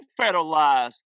federalized